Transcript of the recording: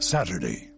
Saturday